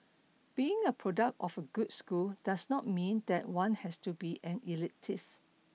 being a product of a good school does not mean that one has to be an elitist